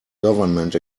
government